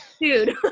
Dude